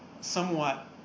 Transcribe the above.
somewhat